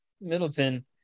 Middleton